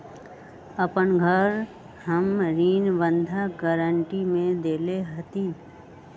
अपन घर हम ऋण बंधक गरान्टी में देले हती